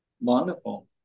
wonderful